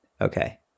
Okay